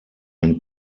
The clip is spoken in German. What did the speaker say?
ein